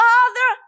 Father